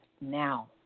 now